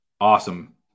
awesome